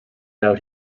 out